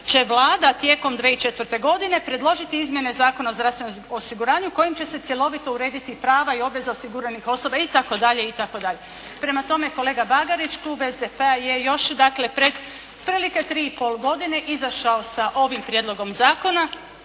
će Vlada tijekom 2004. godine predložiti izmjene Zakona o zdravstvenom osiguranju kojim će se cjelovito urediti prava i obveze osiguranih osoba itd., itd. Prema tome, kolega Bagarić klub SDP-a je još dakle pred otprilike 3 i pol godine izašao sa ovim Prijedlogom zakona